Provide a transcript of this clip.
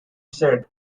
said